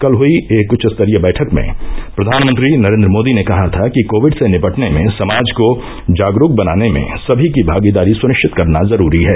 कल हुई एक उच्चस्तरीय बैठक में प्रधानमंत्री नरेन्द्र मोदी ने कहा था कि कोविड से निपटने में समाज को जागरूक बनाने में सभी की भागीदारी सुनिश्चित करना जरूरी है